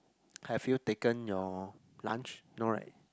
have you taken your lunch no right